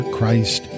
Christ